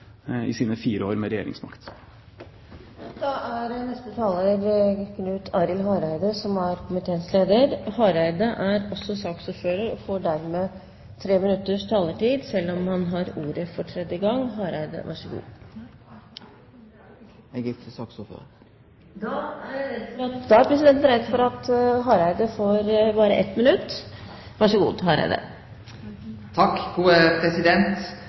i sine fire år med regjeringsmakt. Neste taler er Knut Arild Hareide, som er komiteens leder. Hareide er også saksordfører, og får dermed tre minutters taletid, selv om han får ordet for tredje gang. Eg er ikkje saksordførar. Da er presidenten redd for at Hareide bare får 1 minutt – vær så god. Takk, gode president.